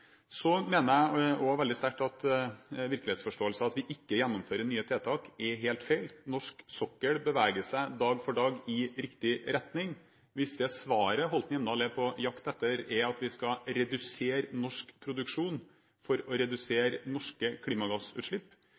Så mener jeg også veldig sterkt at virkelighetsforståelsen om at vi ikke gjennomfører nye tiltak, er helt feil. Norsk sokkel beveger seg dag for dag i riktig retning. Hvis det svaret Hjemdal er på jakt etter, er at vi skal redusere norsk produksjon for å redusere norske klimagassutslipp,